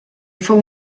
fou